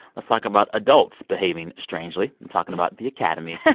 let's talk about adults behaving strangely. i'm talking about the academy yeah